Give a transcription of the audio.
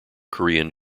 korean